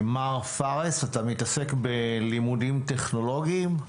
מר פארס, אתה מתעסק בלימודים טכנולוגיים?